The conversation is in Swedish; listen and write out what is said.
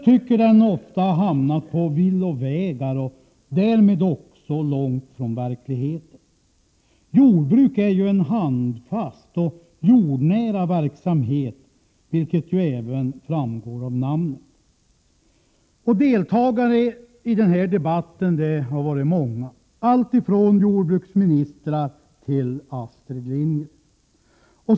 Den har ofta hamnat på villovägar och därmed också långt från verkligheten. Jordbruk är ju en handfast och jordnära verksamhet, vilket även framgår av namnet. Deltagarna i debatten har varit många, alltifrån jordbruksministrar till Astrid Lindgren.